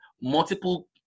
multiple